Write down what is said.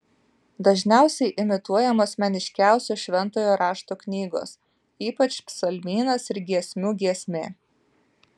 dažniausiai imituojamos meniškiausios šventojo rašto knygos ypač psalmynas ir giesmių giesmė